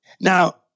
Now